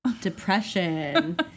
depression